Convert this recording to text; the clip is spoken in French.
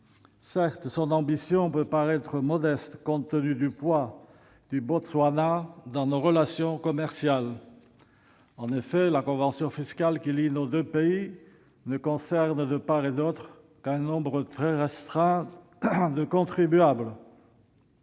Certes, son ambition peut paraître modeste compte tenu du poids du Botswana dans nos relations commerciales. En effet, la convention fiscale qui lie les deux pays ne concerne, de part et d'autre, qu'un nombre très restreint de contribuables